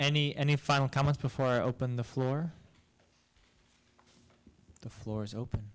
any any final comments before i open the floor the floors open